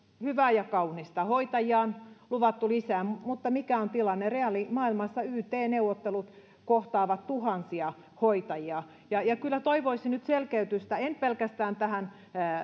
hyvää ja kaunista hoitajia on luvattu lisää mutta mutta mikä on tilanne reaalimaailmassa yt neuvottelut kohtaavat tuhansia hoitajia kyllä toivoisin nyt selkeytystä en pelkästään tähän